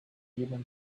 human